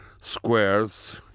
squares